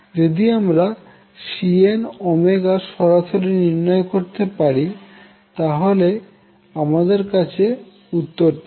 যদি আমরা Cnωসরাসরি নির্ণয় করতে পারি তাহলে আমাদের কাছে উত্তর থাকবে